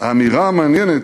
האמירה המעניינת,